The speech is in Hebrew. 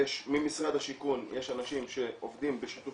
ממשרד השיכון יש אנשים שעובדים בשיתוף